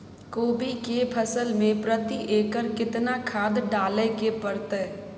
कोबी के फसल मे प्रति एकर केतना खाद डालय के परतय?